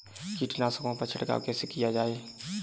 कीटनाशकों पर छिड़काव कैसे किया जाए?